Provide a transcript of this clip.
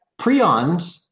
prions